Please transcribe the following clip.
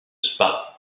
spa